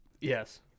Yes